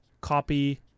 copy